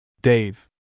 Dave